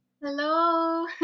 Hello